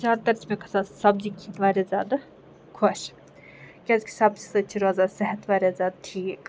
زیادٕ تَر چھِ مےٚ گژھان سبزی کھیٚنۍ واریاہ زیادٕ خۄش کیٛازِکہِ سبزی سۭتۍ چھِ روزان صحت واریاہ زیادٕ ٹھیٖک